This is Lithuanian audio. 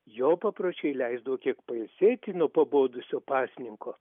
jo papročiai leido kiek pailsėti nuo pabodusio pasninko